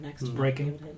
Breaking